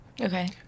Okay